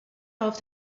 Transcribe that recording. auf